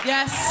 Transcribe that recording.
Yes